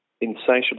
insatiable